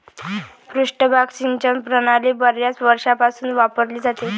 पृष्ठभाग सिंचन प्रणाली बर्याच वर्षांपासून वापरली जाते